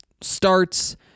starts